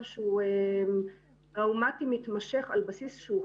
שהוא טראומתי מתמשך על בסיס שהוא כרוני.